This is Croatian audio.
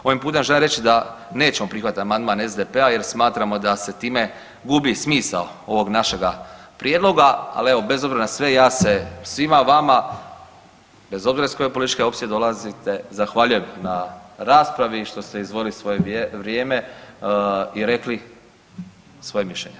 Ovim putem želim reći da nećemo prihvatiti amandman SDP-a jer smatramo da se time gubi smisao ovog našega prijedloga, ali bez obzira na sve ja se svima vama bez obzira iz koje političke opcije dolazite zahvaljujem na raspravi što ste izdvojili svoje vrijeme i rekli svoje mišljenje.